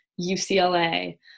ucla